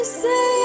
say